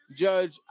Judge